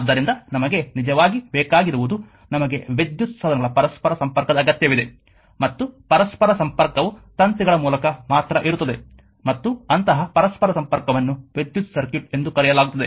ಆದ್ದರಿಂದ ನಮಗೆ ನಿಜವಾಗಿ ಬೇಕಾಗಿರುವುದು ನಮಗೆ ವಿದ್ಯುತ್ ಸಾಧನಗಳ ಪರಸ್ಪರ ಸಂಪರ್ಕದ ಅಗತ್ಯವಿದೆ ಮತ್ತು ಪರಸ್ಪರ ಸಂಪರ್ಕವು ತಂತಿಗಳ ಮೂಲಕ ಮಾತ್ರ ಇರುತ್ತದೆ ಮತ್ತು ಅಂತಹ ಪರಸ್ಪರ ಸಂಪರ್ಕವನ್ನು ವಿದ್ಯುತ್ ಸರ್ಕ್ಯೂಟ್ ಎಂದು ಕರೆಯಲಾಗುತ್ತದೆ